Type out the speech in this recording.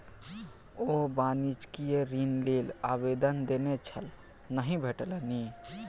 ओ वाणिज्यिक ऋण लेल आवेदन देने छल नहि भेटलनि